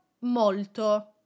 molto